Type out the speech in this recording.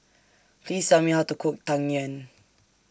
Please Tell Me How to Cook Tang Yuen